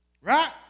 Right